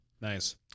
Nice